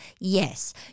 Yes